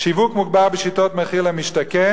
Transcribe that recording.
שיווק מוגבר בשיטות מחיר למשתכן,